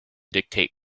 dictate